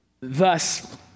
Thus